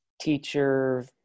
teacher